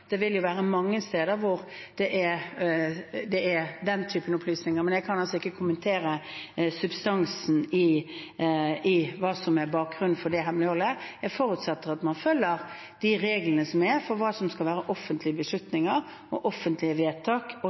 Det vil være mange steder hvor det er den typen opplysninger, men jeg kan altså ikke kommentere substansen i hva som er bakgrunnen for hemmeligholdet. Jeg forutsetter at man også i Beslutningsforum følger reglene for hva som skal være offentlige beslutninger og offentlige vedtak.